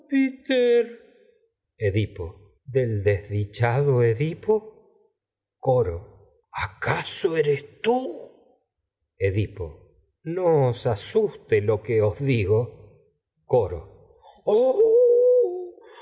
júpiter del desdichado edipo edipo coro acaso eres tú no os edipo asuste lo que os digo coro